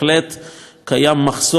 יש מחסור ופער,